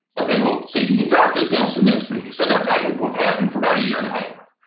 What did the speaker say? okay, well see if you can jot those down send those to me. so that back and forth happened for about a year and a half,